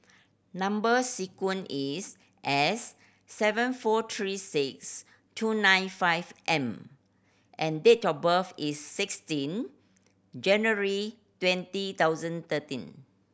number sequence is S seven four three six two nine five M and date of birth is sixteen January twenty thousand thirteen